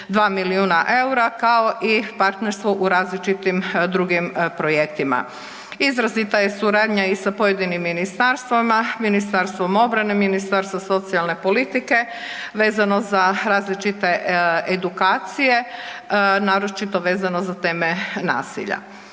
2 milijuna EUR-a, kao i partnerstvo u različitim drugim projektima. Izrazita je suradnja i sa pojedinim ministarstvima, Ministarstvom obrane, Ministarstvo socijalne politike vezano za različite edukacije, naročito vezano za teme nasilja.